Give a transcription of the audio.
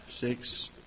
six